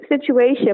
situation